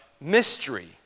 mystery